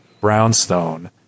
brownstone